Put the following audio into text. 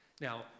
Now